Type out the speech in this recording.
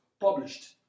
published